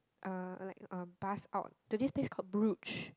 uh like a bus out to this place called Bruges